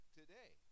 today